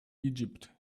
egypt